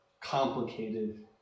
complicated